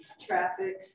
traffic